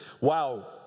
wow